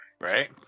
Right